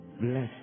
Bless